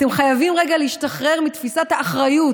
אתם חייבים רגע להשתחרר מתפיסת האחריות.